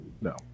no